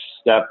step